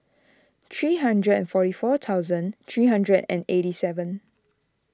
three hundred and forty four thousand three hundred and eighty seven